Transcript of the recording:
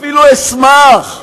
אפילו אשמח.